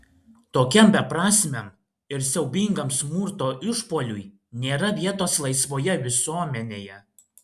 tokiam beprasmiam ir siaubingam smurto išpuoliui nėra vietos laisvoje visuomenėje